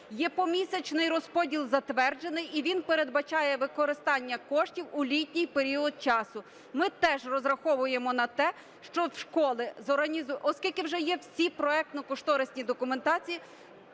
Є помісячний розподіл затверджений. І він передбачає використання коштів у літній період часу. Ми теж розраховуємо на те, що школи, оскільки вже є всі проектно-кошторисні документації,